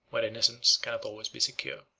where innocence cannot always be secure.